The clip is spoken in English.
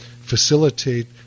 facilitate